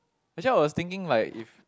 actually I was thinking like if